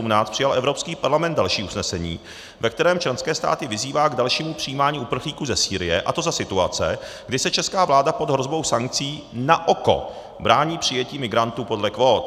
Dne 18. května 2017 přijal Evropský parlament další usnesení, ve kterém členské státy vyzývá k dalšímu přijímání uprchlíků ze Sýrie, a to za situace, kdy se česká vláda pod hrozbou sankcí na oko brání přijetí migrantů podle kvót.